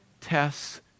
tests